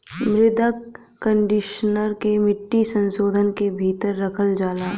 मृदा कंडीशनर के मिट्टी संशोधन के भीतर रखल जाला